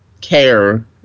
care